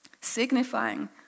signifying